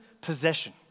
possession